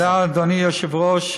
תודה, אדוני היושב-ראש.